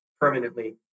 permanently